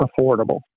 affordable